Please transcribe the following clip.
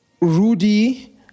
Rudy